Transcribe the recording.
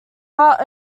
part